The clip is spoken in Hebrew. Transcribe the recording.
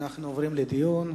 אנחנו עוברים לדיון.